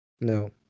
No